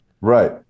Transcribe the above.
Right